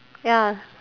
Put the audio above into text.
ya